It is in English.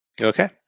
Okay